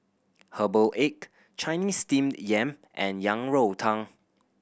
herbal egg Chinese Steamed Yam and Yang Rou Tang